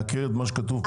מעקר את מה שכתוב פה?